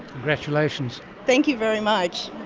congratulations. thank you very much.